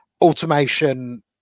automation